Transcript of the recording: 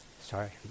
Sorry